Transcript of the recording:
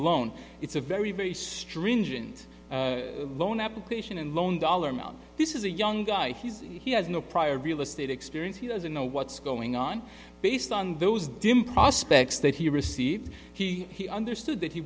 loan it's a very very stringent loan application and loan dollar amount this is a young guy he has no prior real estate experience he doesn't know what's going on based on those dim prospects that he received he understood that he